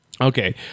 Okay